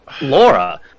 Laura